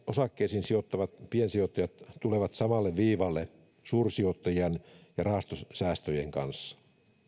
osakkeisiin sijoittavat piensijoittajat tulevat samalle viivalle suursijoittajien ja rahastosäästäjien kanssa